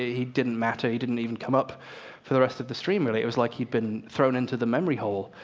he didn't matter. he didn't even come up for the rest of the stream really. it was like he'd been thrown into the memory hole,